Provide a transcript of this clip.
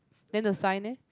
then the sign leh